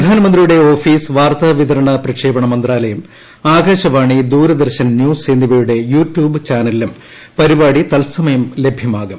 പ്രധാനമന്ത്രിയുടെ ഓഫീസ് വാർത്താ വിതരണ പ്രക്ഷേപണ മന്ത്രാലയം ആകാശവാണി ദൂരദർശൻ ന്യൂസ് എന്നിവയുടെ യുട്യൂബ് ചാനലിലും പരിപാടി തത്സമയം ലഭ്യമാകും